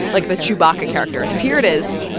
like the chewbacca character. so here it is.